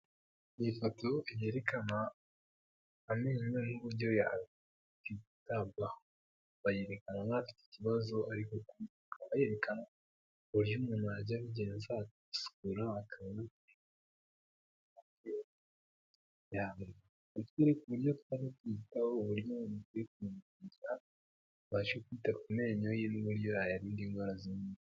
Iyi foto yerekana amenyo y'uburyo yakitabwaho bayerekana afite ikibazo arikoyekana uburyo umuntu na yajya abigenzasukura baka utwi ku buryo twaribyitaho uburyomukwiye ku abasha kwita ku menyo yeuburyoya ayarinda indwara zi.